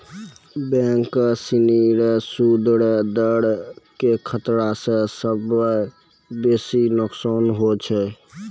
bank सिनी रो सूद रो दर के खतरा स सबसं बेसी नोकसान होय छै